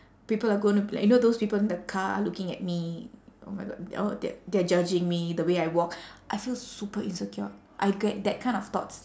people are gonna be like you know those people in the car looking at me oh my god oh they a~ they are judging me the way I walk I feel super insecure I get that kind of thoughts